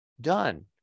Done